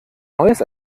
neues